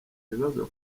bibazo